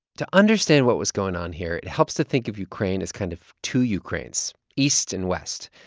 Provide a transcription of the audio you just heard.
to understand what was going on here, it helps to think of ukraine as kind of two ukraines, east and west.